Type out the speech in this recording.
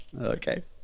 Okay